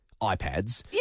iPads